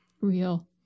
real